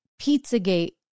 Pizzagate